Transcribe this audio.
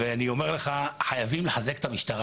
ואני אומר לך חייבים לחזק את המשטרה,